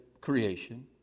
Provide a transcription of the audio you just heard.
creation